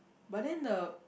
but then the